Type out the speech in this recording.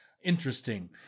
interesting